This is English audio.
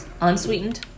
unsweetened